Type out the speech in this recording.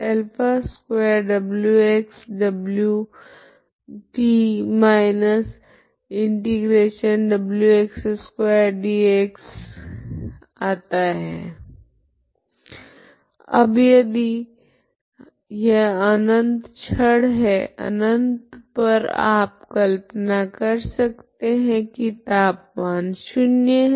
अब यदि यह अनंत छड़ है अनंत पर आप कल्पना कर सकते है की तापमान शून्य है